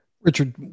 Richard